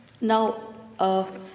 Now